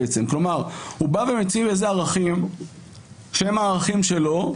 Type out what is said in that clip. כלומר הוא בא ומציע ערכים שהם הערכים שלו,